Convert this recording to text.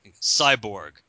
Cyborg